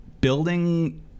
building